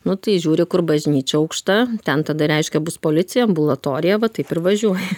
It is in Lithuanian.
nu tai žiūri kur bažnyčia aukšta ten tada reiškia bus policija ambulatorija va taip ir važiuoji